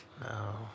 No